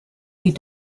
die